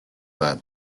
that